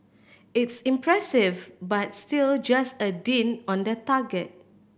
it's impressive but still just a dint on the target